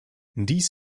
dies